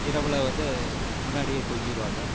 இரவில் வந்து முன்னாடியே தூங்கிடுவாங்க